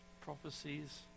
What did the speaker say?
Prophecies